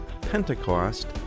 Pentecost